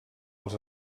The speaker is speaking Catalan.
els